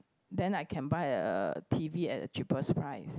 then I can buy a T_V at a cheapest price